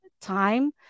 time